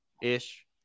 Ish